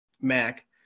Mac